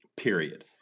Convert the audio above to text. period